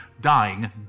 dying